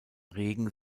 regen